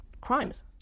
crimes